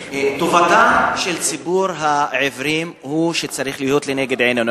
שטובתו של ציבור העיוורים היא שצריכה להיות לנגד עינינו.